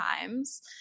times